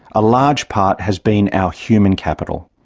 a large part has been our human capital.